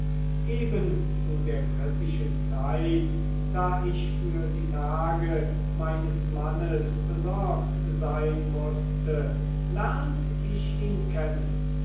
eben zu der kritischen zeit da ich für die tage meines mannes besorgt sein mußte lernt ich ihn kennen